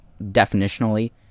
definitionally